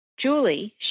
Julie